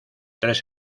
tres